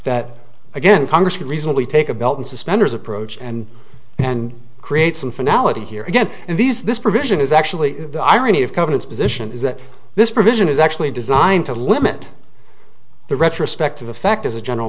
that again congress could reasonably take a belt and suspenders approach and and create some phonology here again and these this provision is actually the irony of government's position is that this provision is actually designed to limit the retrospective effect as a general